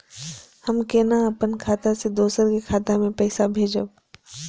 हम केना अपन खाता से दोसर के खाता में पैसा भेजब?